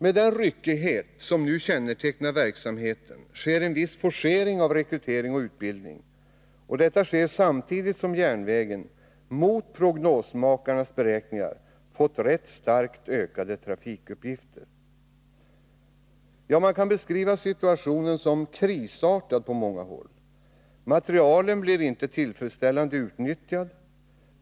Med den ryckighet som nu kännetecknar verksamheten forceras i viss mån rekrytering och utbildning, och detta samtidigt som järnvägen — mot prognosmakarnas beräkningar — fått rätt starkt ökade trafikuppgifter. Man kan beskriva situationen på många håll som krisartad. Materielen blir inte tillfredsställande utnyttjad.